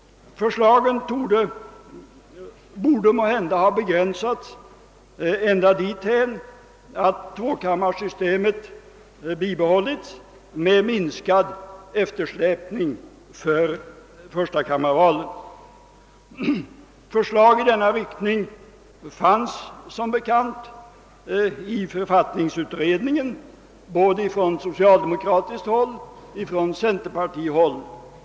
Förslagen borde måhända ha begränsats ända dithän att tvåkammarsystemet bibehållits med minskad eftersläpning för förstakammarvalen. Förslag i denna riktning framfördes som bekant också i författningsutredningen både från socialdemokratiskt håll och från centerpartiet.